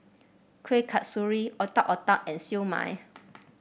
Kueh Kasturi Otak Otak and Siew Mai